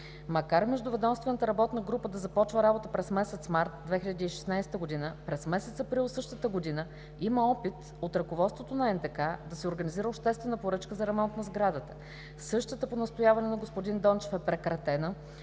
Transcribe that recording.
Макар Междуведомствената работна група да започва работа през месец март 2016 г., през месец април същата година има опит от ръководството на НДК да се организира обществена поръчка за ремонт на сградата. Същата по настояване на господин Дончев е прекратена,